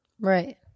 Right